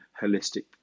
holistic